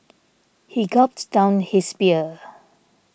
he gulped down his beer